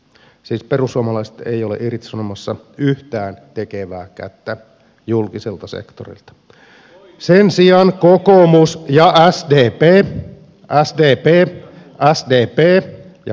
siis perussuomalaiset ei ole irtisanomassa yhtään tekevää kättä julkiselta sektorilta sen sijaan kokoomus ja sdp ovat